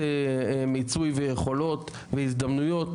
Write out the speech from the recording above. אלמוג העלה את זה ואתם יודעים שאני בדיוק מדבר על